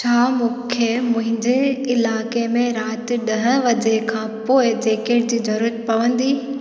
छा मूंखे मुंहिंजे इलाइके में राति ॾह वजे खां पोइ जैकेट जी ज़रूरत पवंदी